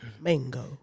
Mango